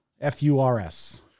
F-U-R-S